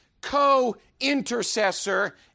co-intercessor